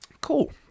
cool